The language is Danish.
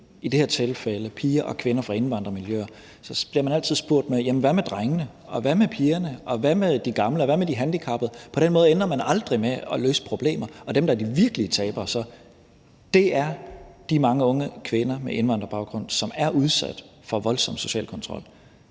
i det her tilfælde piger og kvinder fra indvandrermiljøer. Man bliver altid spurgt: Hvad med drengene? Og hvad med pigerne? Og hvad med de gamle? Og hvad med de handicappede? På den måde ender man med aldrig at løse problemer, og dem, der er de virkelige tabere, er de mange unge kvinder med indvandrerbaggrund, som er udsat for voldsom social kontrol.